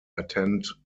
attend